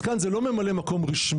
אז כאן זה לא ממלא מקום רשמי,